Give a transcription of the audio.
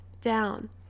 down